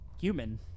human